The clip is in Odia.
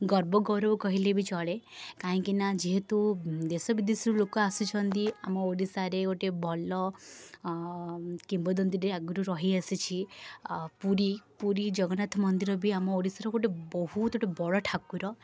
ଗର୍ବ ଗୌରବ କହିଲେ ବି ଚଳେ କାହିଁକିନା ଯେହେତୁ ଦେଶ ବିଦେଶରୁ ଲୋକ ଆସିଛନ୍ତି ଆମ ଓଡ଼ିଶାରେ ଗୋଟେ ଭଲ କିମ୍ବଦନ୍ତୀଟେ ଆଗରୁ ରହି ଆସିଛି ଆଉ ପୁରୀ ପୁରୀ ଜଗନ୍ନାଥ ମନ୍ଦିର ବି ଆମ ଓଡ଼ିଶାର ଗୋଟେ ବହୁତ ଗୋଟେ ବଡ଼ଠାକୁର